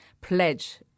pledge